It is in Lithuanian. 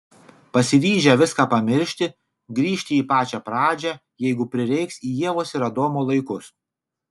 pasiryžę viską pamiršti grįžti į pačią pradžią jeigu prireiks į ievos ir adomo laikus